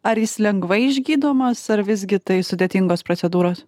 ar jis lengvai išgydomas ar visgi tai sudėtingos procedūros